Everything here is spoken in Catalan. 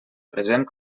present